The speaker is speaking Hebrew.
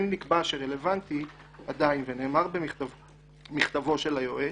כן נקבע שרלוונטי עדיין, ונאמר במכתבו של היועץ,